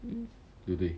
mm